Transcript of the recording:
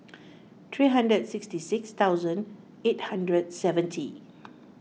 three hundred sixty six thousand eight hundred seventy